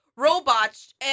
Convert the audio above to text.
robots